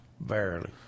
barely